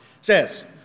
says